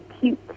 cute